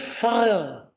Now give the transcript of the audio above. fire